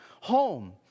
home